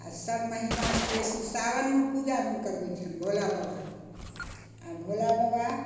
आओर सब महिनासे बेसी सावनमे पूजा हुनकर होइ छनि भोला बाबाके आओर भोला बाबा